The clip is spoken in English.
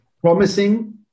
promising